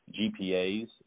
GPAs